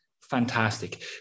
Fantastic